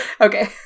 Okay